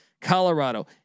Colorado